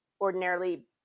ordinarily